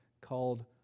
called